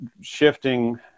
shifting